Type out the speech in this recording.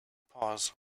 pause